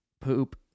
poop